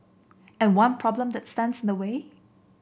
and one problem that stands in the way